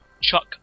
Chuck